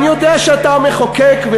אני יודע שאתה המחוקק.